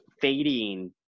fading